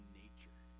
nature